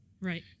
Right